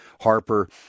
Harper